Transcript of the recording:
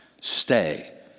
stay